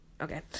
okay